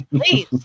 please